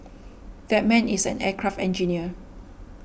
that man is an aircraft engineer